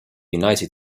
united